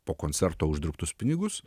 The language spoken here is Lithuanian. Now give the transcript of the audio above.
po koncerto uždirbtus pinigus